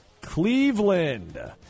Cleveland